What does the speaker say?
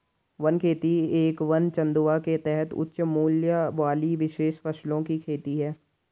one खेती एक वन चंदवा के तहत उच्च मूल्य वाली विशेष फसलों की खेती है